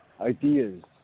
ideas